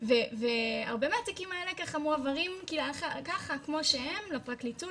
והרבה מהתיקים האלה מועברים ככה כמו שהם לפרקליטות,